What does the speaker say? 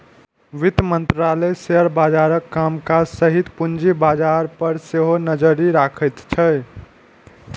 वित्त मंत्रालय शेयर बाजारक कामकाज सहित पूंजी बाजार पर सेहो नजरि रखैत छै